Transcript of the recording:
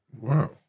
Wow